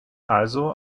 also